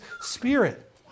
spirit